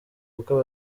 kuko